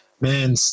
man